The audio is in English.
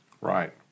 Right